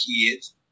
kids